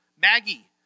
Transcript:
Maggie